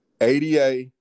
ADA